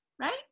right